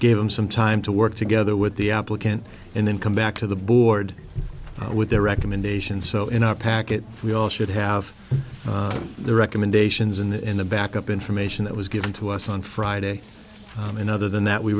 give them some time to work together with the applicant and then come back to the board with their recommendation so in our package we all should have their recommendations in the back up information that was given to us on friday and other than that we